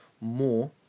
more